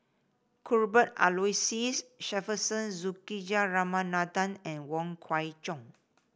Cuthbert Aloysius Shepherdson Juthika Ramanathan and Wong Kwei Cheong